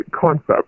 concept